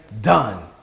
done